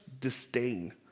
disdain